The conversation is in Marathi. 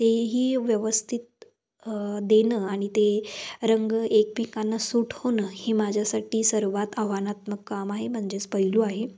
तेही व्यवस्थित देणं आणि ते रंग एकमेकांना सूट होणं ही माझ्यासाठी सर्वात आव्हानात्मक काम आहे म्हणजेच पैलू आहे